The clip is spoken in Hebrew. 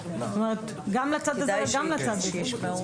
גם לצד הזה וגם לצד הזה.